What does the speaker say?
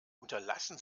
unterlassen